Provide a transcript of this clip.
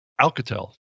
Alcatel